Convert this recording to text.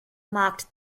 marked